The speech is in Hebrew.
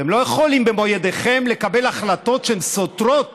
אתם לא יכולים במו ידיכם לקבל החלטות שסותרות